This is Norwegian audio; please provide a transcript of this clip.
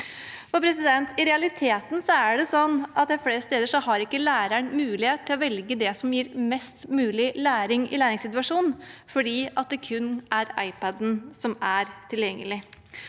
I realiteten er det sånn at flere steder har ikke læreren mulighet til å velge det som gir mest mulig læring i læringssituasjonen, fordi det kun er iPaden som er tilgjengelig.